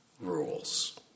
rules